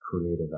creative